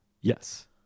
Yes